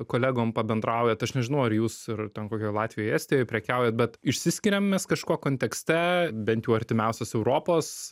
kolegom pabendraujat aš nežinau ar jūs ir ten kokioj latvijoj estijoj prekiaujat bet išsiskiriam mes kažko kontekste bent jau artimiausios europos